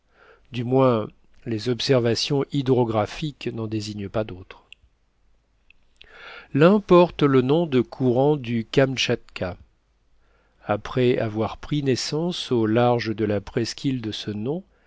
du moins les observations hydrographiques n'en désignent pas d'autres l'un porte le nom de courant du kamtchatka après avoir pris naissance au large de la presqu'île de ce nom